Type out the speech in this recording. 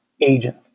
agent